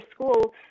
school